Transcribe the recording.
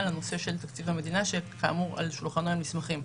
לנושא של תקציב המדינה שכאמור על שולחנו הם נסמכים.